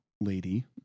lady